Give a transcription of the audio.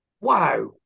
wow